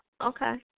Okay